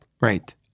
right